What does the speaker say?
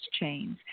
chains